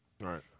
Right